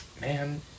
man